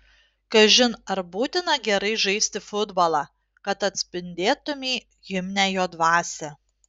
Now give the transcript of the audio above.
kažin ar būtina gerai žaisti futbolą kad atspindėtumei himne jo dvasią